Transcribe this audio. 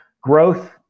growth